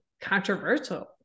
controversial